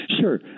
Sure